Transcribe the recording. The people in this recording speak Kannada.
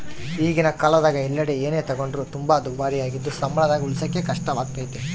ಈಗಿನ ಕಾಲದಗ ಎಲ್ಲೆಡೆ ಏನೇ ತಗೊಂಡ್ರು ತುಂಬಾ ದುಬಾರಿಯಾಗಿದ್ದು ಸಂಬಳದಾಗ ಉಳಿಸಕೇ ಕಷ್ಟವಾಗೈತೆ